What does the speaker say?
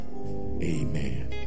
Amen